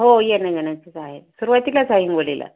हो येणं जाण्याचंच आहे सुरुवातीलाच आहे हिंगोलीला